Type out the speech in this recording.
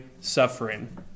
suffering